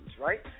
right